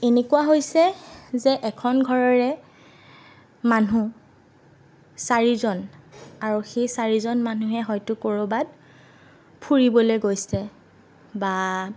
এনেকুৱা হৈছে যে এখন ঘৰৰে মানুহ চাৰিজন আৰু সেই চাৰিজন মানুহে হয়তো ক'ৰবাত ফুৰিবলৈ গৈছে বা